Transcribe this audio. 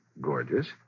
gorgeous